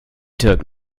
took